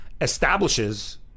establishes